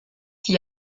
qui